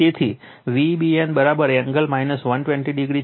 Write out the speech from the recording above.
તેથી Vbn angle 120o છે